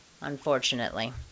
unfortunately